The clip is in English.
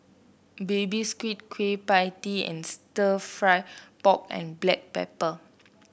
Baby Squid Kueh Pie Tee and stir fry pork and Black Pepper